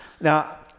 Now